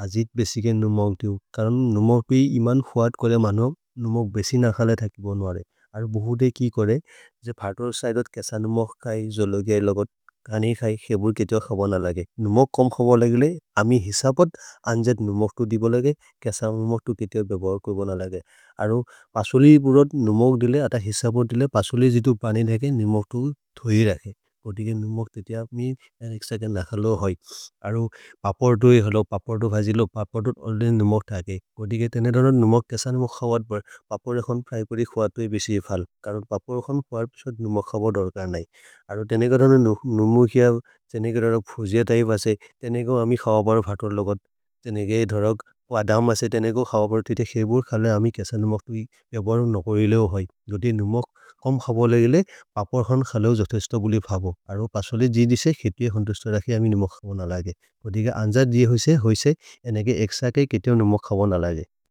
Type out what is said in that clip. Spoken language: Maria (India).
भजित्। बेसिगे नुमक् दिउ करम् नुमक् पे इमन् हुअत् कोरे मनो नुमक् बेसि नखले थकिबोन् वरे। अरो बहुदे कि कोरे ज फतोर् सैदोत् केस नुमक् कै जोलो गै लोगोत् कनि खै खेबुर् केते हो खब न लगे। नुमक् कम् खब लगेले अमि हिस पोद् अन्जद् नुमक् तु दिबो लगे केस नुमक् तु केते हो बेबोहर् कोब न लगे। अरो पसुलि बुरोत् नुमक् दिले अत हिस पोद् दिले पसुलि। जितु पनि धेके नुमक् तु धोइ रके कोतिगे नुमक् ते ते अप्ने नखलो होइ। अरो पपदु हि हलो पपदु भजिलो पपदु ओलिने नुमक् थके। कोतिगे तेने दोलो नुमक् केस नुमक् खबत् बोर् पपदु रखोन् प्रैपुरि खुअतु है। बेसिगे फल् करम् पपदु रखोन् खुअर् पेसद् नुमक् खब दोर्कर् नै अरो तेने। दोलो नुमुक् हिय तेने दोलो फुज तहि बसे तेने दोलो अमि खबबर् भतोर् लोगत्। तेने दोलो धरग् वदम् असे तेने दोलो खबबर् ते ते खेबुर् खलो अमि। केस नुमक् तु पेबोहरोन् नकरिले हो होइ कोतिगे नुमक् कम् खब लगिले पपदु रखोन् खलो जोत। इस्त बुलि भबो अरो पसुलि जिति से खितुये खोन्तु इस्त रके अमि नुमक् खब न लगे कोतिगे अन्जर्। जिति होइ से होइ से एनगे एक्स के केते होइ नुमक् खब न लगे।